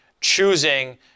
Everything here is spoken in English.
choosing